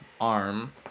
arm